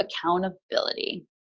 accountability